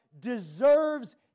deserves